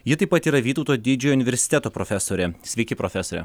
ji taip pat yra vytauto didžiojo universiteto profesorė sveiki profesore